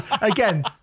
Again